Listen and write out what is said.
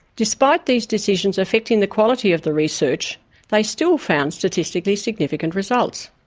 despite these decisions affecting the quality of the research they still found statistically significant results.